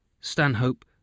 Stanhope